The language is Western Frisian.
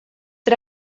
der